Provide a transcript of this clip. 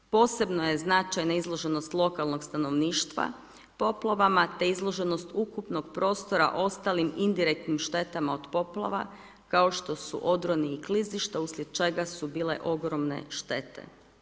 Posebno je značajna izloženost lokalnog stanovništva poplavama, te izloženost ukupnog prostora ostalih indirektnih šteta od poplava, kao što su odroni i klizišta uslijed čega su bile ogromne štete.